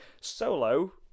solo